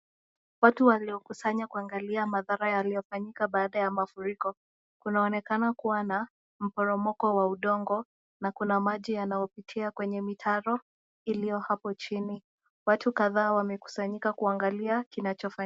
Watu waliokusanya kuangalia mathara yaliofanyika baada ya mafuriko , kunaonekana kuwa na mporomoko wa udongo na kuna maji yanayopitia kwenye mitaro iliyo hapo chini ,watu kadhaa wamekusanyika kuangalia kinachofanyika.